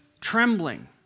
trembling